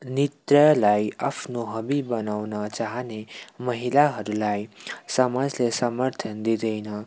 नृत्यलाई आफ्नो हबी बनाउन चाहने महिलाहरूलाई समाजले समर्थन दिँदैन